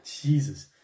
Jesus